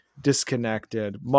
disconnected